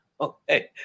Okay